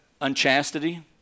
unchastity